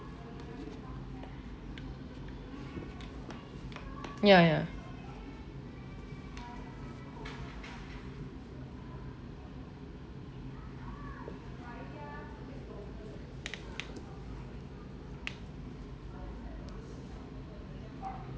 ya ya